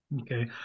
Okay